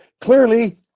clearly